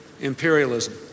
imperialism